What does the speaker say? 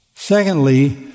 Secondly